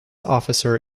officer